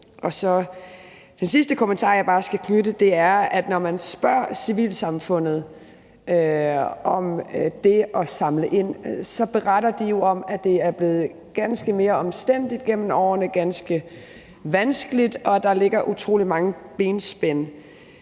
den sidste kommentar, jeg bare skal knytte til det her, at når man spørger civilsamfundet om det at samle ind, så beretter det jo om, at det er blevet ganske mere omstændeligt gennem årene, ganske vanskeligt, og at der ligger utrolig mange benspænd,